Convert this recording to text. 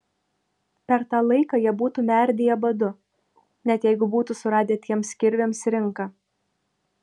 per tą laiką jie būtų merdėję badu net jeigu būtų suradę tiems kirviams rinką